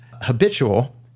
habitual